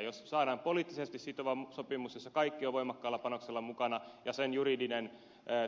jos saadaan poliittisesti sitova sopimus jossa kaikki ovat voimakkaalla panoksella mukana ja sen juridinen